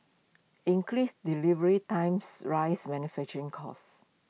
increased delivery times rise manufacturing costs